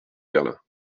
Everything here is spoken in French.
berlin